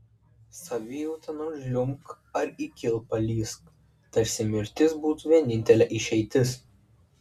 savijauta nors žliumbk ar į kilpą lįsk tarsi mirtis būtų vienintelė išeitis